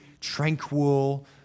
tranquil